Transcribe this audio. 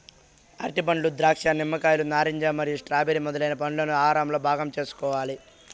అరటిపండ్లు, ద్రాక్ష, నిమ్మకాయలు, నారింజ మరియు స్ట్రాబెర్రీ మొదలైన పండ్లను ఆహారంలో భాగం చేసుకోవాలి